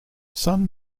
sun